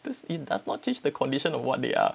it does not change the condition of what they are